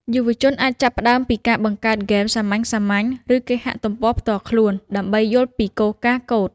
យុវជនអាចចាប់ផ្តើមពីការបង្កើតហ្គេមសាមញ្ញៗ ឬគេហទំព័រផ្ទាល់ខ្លួនដើម្បីយល់ពីគោលការណ៍កូដ។